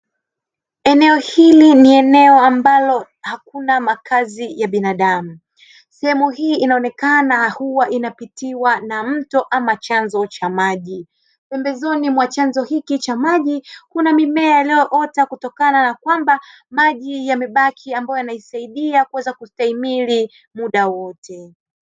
Eneo hili ni eneo ambalo hakuna makazi ya binadamu, sehemu hii inaonekana huwa inapitiwa na mto ama chanzo cha maji, pembezoni mwa chanzo hiki cha maji kuna mimea iliyoota kutokana na kwamba maji yaliyobakia yanaisaidia kuweza kustahimili muda wote.